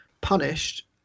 punished